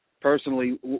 personally